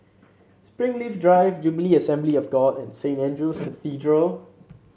Springleaf Drive Jubilee Assembly of God and Saint Andrew's Cathedral